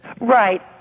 Right